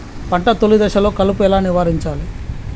పంట తొలి దశలో కలుపు ఎలా నివారించాలి?